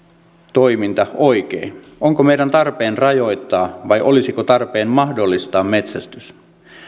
toiminta oikein onko meidän tarpeen rajoittaa vai olisiko tarpeen mahdollistaa metsästys